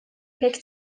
pek